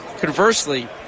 Conversely